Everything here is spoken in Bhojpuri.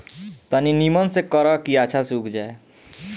तनी निमन से करा की अच्छा से उग जाए